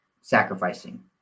sacrificing